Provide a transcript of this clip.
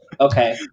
okay